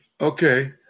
okay